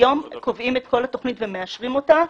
היום קובעים את כל התוכנית ומאשרים אותה.